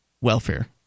welfare